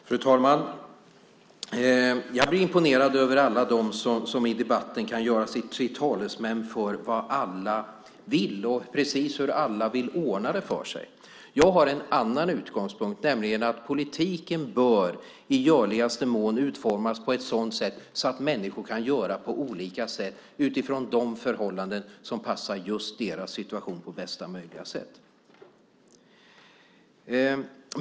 Fru talman! Jag blir imponerad över alla dem som i debatten kan göra sig till talesmän för vad alla vill och precis hur alla vill ordna det för sig. Jag har en annan utgångspunkt, nämligen att politiken i görligaste mån bör utformas på ett sådant sätt att människor kan göra på olika sätt utifrån de förhållanden som passar just deras situation på bästa möjliga sätt.